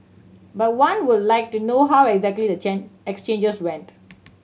but one would like to know how exactly the exchanges went